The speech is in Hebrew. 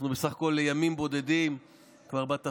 אנחנו בסך הכול ימים בודדים בתפקיד,